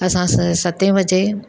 असां सतें बजे